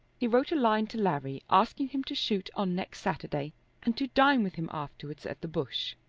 he wrote a line to larry asking him to shoot on next saturday and to dine with him afterwards at the bush.